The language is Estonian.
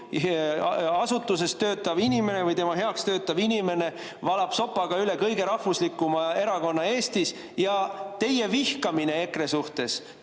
asutuses töötav inimene või tema heaks töötav inimene, valab sopaga üle kõige rahvuslikuma erakonna Eestis ja teie vihkamine EKRE suhtes,